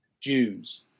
Jews